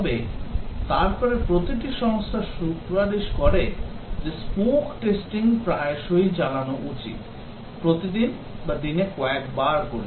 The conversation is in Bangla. তবে তারপরে প্রতিটি সংস্থা সুপারিশ করে যে smoke testing প্রায়শই চালানো উচিত প্রতিদিন বা দিনে কয়েকবার করে